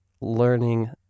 learning